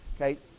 Okay